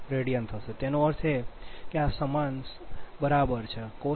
2 the sin 0